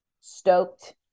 stoked